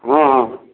ହଁ ହଁ